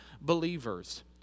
believers